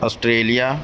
Australia